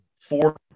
four